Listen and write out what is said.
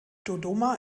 dodoma